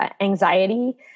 anxiety